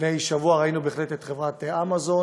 לפני שבוע ראינו בהחלט את חברת אמזון,